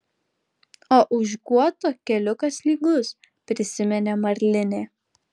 o už guoto keliukas lygus prisiminė marlinė